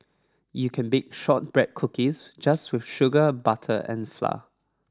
you can bake shortbread cookies just with sugar butter and flour